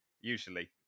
Usually